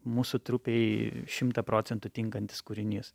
mūsų trupei šimtą procentų tinkantis kūrinys